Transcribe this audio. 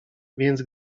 więc